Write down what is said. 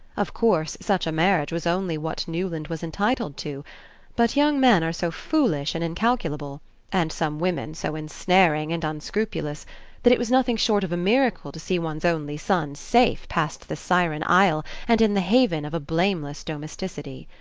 of course such a marriage was only what newland was entitled to but young men are so foolish and incalculable and some women so ensnaring and unscrupulous that it was nothing short of a miracle to see one's only son safe past the siren isle and in the haven of a blameless domesticity.